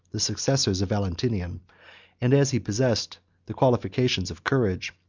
the successors of valentinian and as he possessed the qualifications of courage,